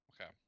Okay